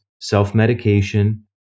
self-medication